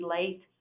late